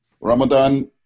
Ramadan